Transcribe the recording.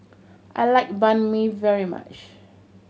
I like Banh Mi very much